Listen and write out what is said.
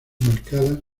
marcadas